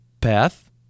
path